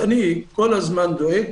אני כל הזמן דואג